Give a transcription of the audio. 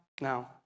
no